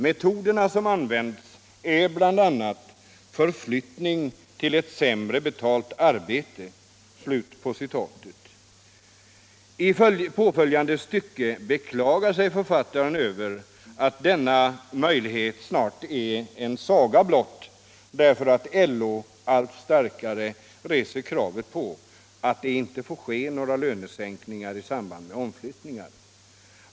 Metoderna som användes är bl.a. förflyttning till sämre betalht arbete.” I följande stycke beklagar sig författaren över att denna möjlighet snart är en saga blott. därför att LO alll starkare reser krav på att det inte får ske några lönesänkningar i samband med omflyttningar.